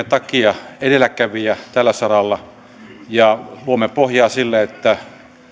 takia edelläkävijä tällä saralla ja luomme pohjaa sille että